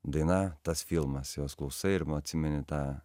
daina tas filmas jos klausai ir atsimeni tą